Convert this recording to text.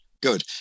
Good